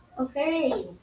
Okay